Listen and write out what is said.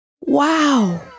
wow